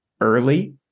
early